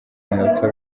authority